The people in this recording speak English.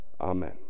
amen